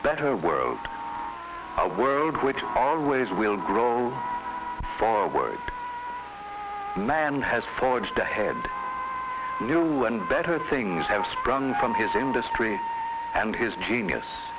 better world a world which always will grow forward man has foliage to head and better things have sprung from his industry and his genius